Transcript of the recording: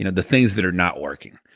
you know the things that are not working.